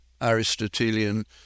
Aristotelian